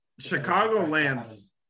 Chicagoland's